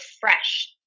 fresh